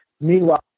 Meanwhile